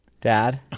Dad